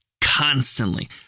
constantly